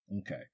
Okay